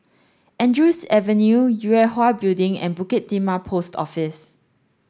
Andrews Avenue Yue Hwa Building and Bukit Timah Post Office